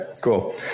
cool